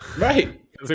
Right